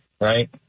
right